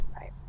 right